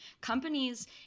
companies